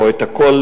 או את כל,